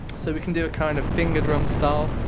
so we can do a kind of finger drum style,